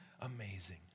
amazing